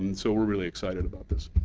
and so we're really excited about this.